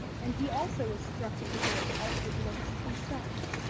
and he also was struck with the bear's altered looks, and stopped.